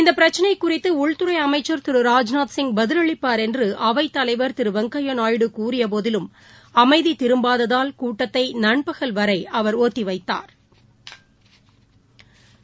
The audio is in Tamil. இந்தபிரச்சனைகுறித்தஉள்துறைஅமைச்ச் திரு ராஜ்நாத் சிங் பதிலளிப்பார் என்றுஅவைத் தலைவர் திருவெங்கையநாயுடு கூறியபோதிலும் அமைதிதிரும்பாததால் கூட்டத்தைநண்பகல் வரைஅவா் ஒத்திவைத்தாா்